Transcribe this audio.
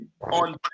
on